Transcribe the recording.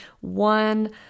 One